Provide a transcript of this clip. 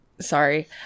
sorry